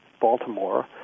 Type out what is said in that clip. Baltimore